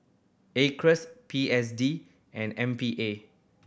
Acres P S D and M P A